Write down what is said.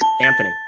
Anthony